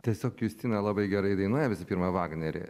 tiesiog justina labai gerai dainuoja visi pirma vagnerį